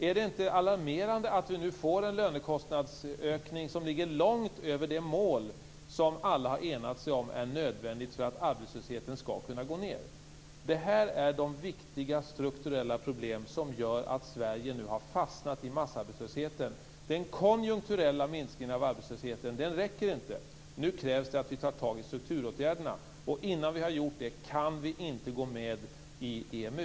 Är det inte alarmerande att vi nu får en lönekostnadsökning som ligger långt över det mål som alla har enats om är nödvändigt för att arbetslösheten skall kunna gå ned? Det här är de viktiga strukturella problem som gör att Sverige nu har fastnat i massarbetslösheten. Den konjunkturella minskningen av arbetslösheten räcker inte. Nu krävs det att vi tar tag i strukturåtgärderna. Innan vi har gjort det kan vi inte gå med i EMU.